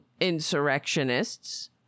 insurrectionists